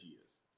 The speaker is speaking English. years